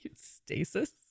stasis